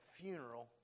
funeral